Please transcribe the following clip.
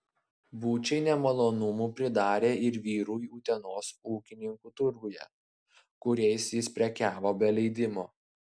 bučiai nemalonumų pridarė ir vyrui utenos ūkininkų turguje kuriais jis prekiavo be leidimo